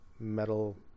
metal